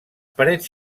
parets